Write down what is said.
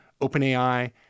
OpenAI